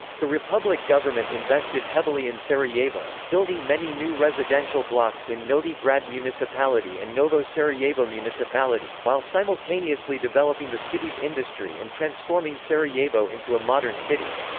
the republic government invested heavily in sarajevo, building many new residential blocks in novi grad municipality and novo sarajevo municipality, while simultaneously developing the city's industry and transforming sarajevo into a modern city.